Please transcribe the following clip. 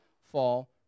fall